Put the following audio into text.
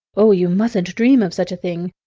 oh, you mustn't dream of such a thing.